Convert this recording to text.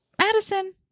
Madison